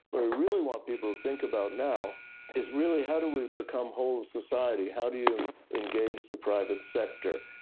what we really want people to think about now is really how do we become a whole society, how do you engage the private sector?